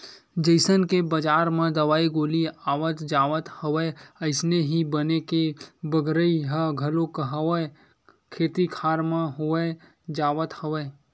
जइसन के बजार म दवई गोली आवत जावत हवय अइसने ही बन के बगरई ह घलो काहक खेत खार म होवत जावत हवय